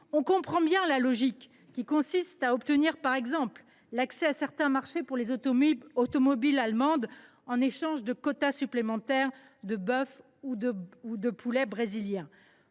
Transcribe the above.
On comprend bien la logique qui consiste à obtenir, par exemple, l’accès à certains marchés pour les automobiles allemandes en échange de quotas supplémentaires de bœuf ou de poulet brésiliens.